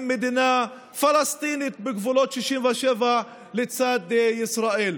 מדינה פלסטינית בגבולות 67' לצד ישראל.